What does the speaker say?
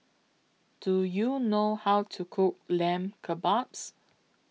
Do YOU know How to Cook Lamb Kebabs